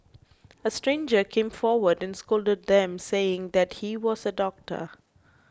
a stranger came forward and scolded them saying that he was a doctor